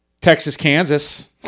Texas-Kansas